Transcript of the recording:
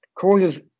causes